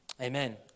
Amen